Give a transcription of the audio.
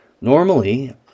Normally